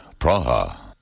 Praha